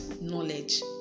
knowledge